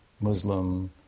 Muslim